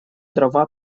дрова